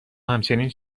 همچنین